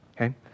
Okay